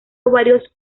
varios